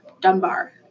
Dunbar